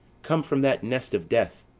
come from that nest of death,